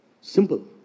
Simple